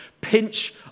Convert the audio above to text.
pinch